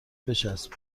بچسب